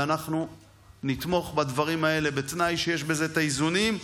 ואנחנו נתמוך בדברים האלה בתנאי שיש בהם איזונים,